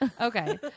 Okay